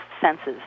senses